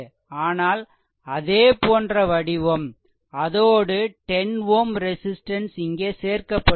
ஆனால் அதேபோன்ற வடிவம் அதோடு 10 Ω ரெசிஸ்ட்டன்ஸ் இங்கே சேர்க்கப்பட்டுள்ளது